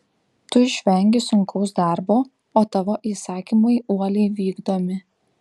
tu išvengi sunkaus darbo o tavo įsakymai uoliai vykdomi